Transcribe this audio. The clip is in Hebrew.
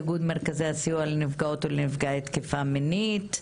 איגוד הסיוע לנפגעות ולנפגעי תקיפה מינית.